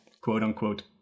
quote-unquote